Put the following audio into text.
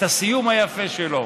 את הסיום היפה שלו,